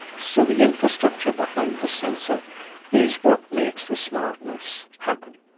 so the infrastructure behind the sensor is what makes the smartness happen.